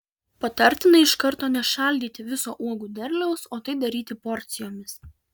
patartina iš karto nešaldyti viso uogų derliaus o tai daryti porcijomis